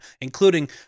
including